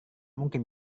mungkin